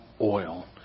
oil